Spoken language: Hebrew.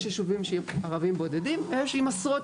יש ישובים שעם ערבים בודדים ויש עם עשרות.